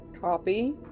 Copy